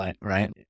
Right